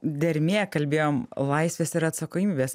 dermė kalbėjom laisvės ir atsakomybės